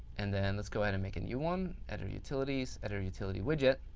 and then let's go ahead and make a new one, editor utilities, editor utility widget.